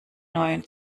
neuen